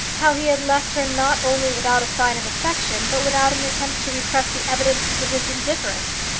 how he had left her not only without a sign of affection, but without an attempt to repress the evidences of his indifference.